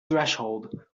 threshold